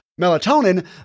melatonin